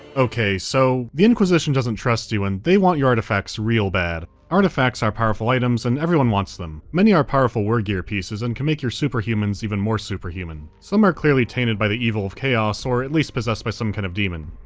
okay, so, the inquisition doesn't trust you, and they want your artifacts real bad. artifacts are powerful items, and everyone wants them. many are powerful war gear pieces, and can make your superhumans even more superhuman. some are clearly tainted by the evil of chaos, or at least possessed by some kind of daemon.